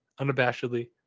unabashedly